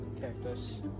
cactus